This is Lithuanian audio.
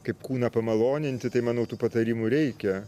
kaip kūną pamaloninti tai manau tų patarimų reikia